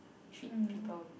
treat people